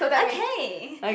okay